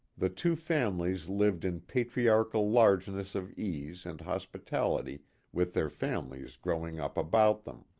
the two families lived in patriarchal largeness of ease and hospitality with their families grow ing up about them.